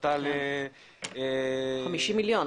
50 מיליון.